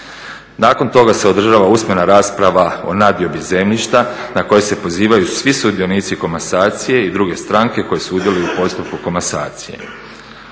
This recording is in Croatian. Nakon toga se održava usmena rasprava o nadiobi zemljišta na koju se pozivaju svi sudionici komasacije i druge stranke koje sudjeluju u postupku komasacije.